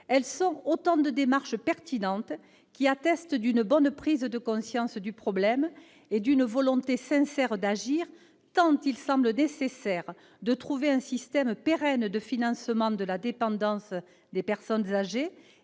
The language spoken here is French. EHPAD -, autant de démarches pertinentes qui attestent une bonne prise de conscience du problème et une volonté sincère d'agir, tant il semble nécessaire de trouver un système pérenne de financement de la dépendance des personnes âgées